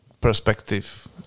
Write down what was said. perspective